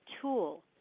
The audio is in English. tool